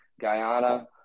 Guyana